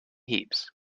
heaps